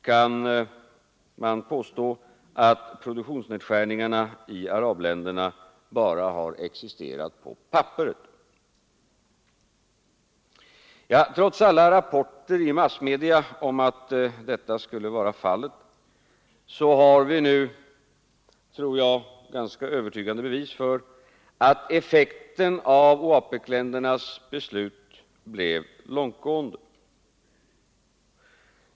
Kan man påstå att produktionsnedskärningarna i arabländerna bara har existerat på papperet? Trots alla rapporter i massmedia om att detta skulle vara fallet har vi nu, tror jag, ganska övertygande bevis för att effekten av OAPEC-ländernas beslut blev långtgående.